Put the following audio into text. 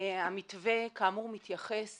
המתווה כאמור מתייחס